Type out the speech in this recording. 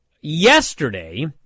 yesterday